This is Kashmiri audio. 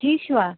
ٹھیٖک چھُوا